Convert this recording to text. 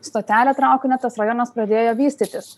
stotelę traukinio tas rajonas pradėjo vystytis